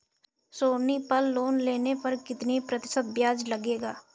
सोनी पल लोन लेने पर कितने प्रतिशत ब्याज लगेगा?